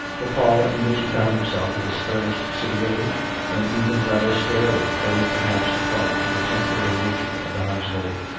the parlour in which he found himself was furnished severely and even rather sparely, owing, perhaps, he thought, to the temporary nature of the household.